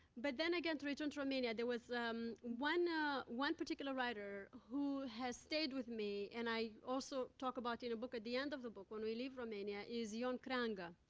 but then again, to return to romania, there was um one ah one particular writer who has stayed with me and i also talk about in a book, at the end of the book, when we leave romania is ion creanga.